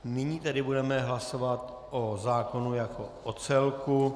Nyní tedy budeme hlasovat o zákonu jako o celku.